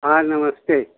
हाँ नमस्ते